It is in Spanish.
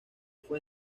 fue